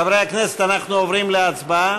חברי הכנסת, אנחנו עוברים להצבעה.